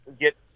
get